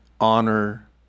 honor